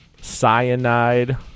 cyanide